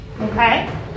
okay